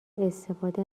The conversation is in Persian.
استفاده